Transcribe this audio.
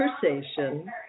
Conversation